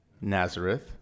Nazareth